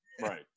Right